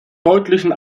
deutlichen